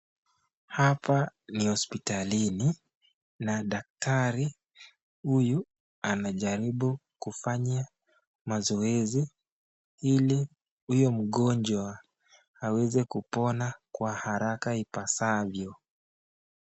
Hapa ni hospitalini na daktari huyu anajarinu kufanya mazoezi hili huyo mgonjwa aweze kupina kwa haraka ipasavyo.